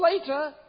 later